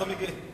זו המדינה.